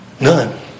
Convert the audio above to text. None